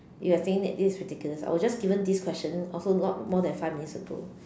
you're saying that this is ridiculous I was just given this question also not more than five minutes ago